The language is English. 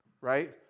right